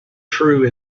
true